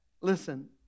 Listen